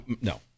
no